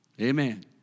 amen